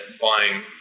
buying